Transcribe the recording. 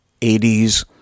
80s